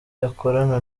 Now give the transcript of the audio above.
yakorana